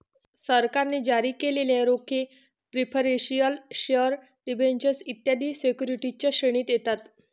सरकारने जारी केलेले रोखे प्रिफरेंशियल शेअर डिबेंचर्स इत्यादी सिक्युरिटीजच्या श्रेणीत येतात